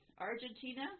Argentina